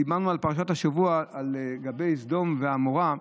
דיברנו בפרשת השבוע לגבי סדום ועמורה,